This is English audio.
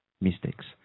mistakes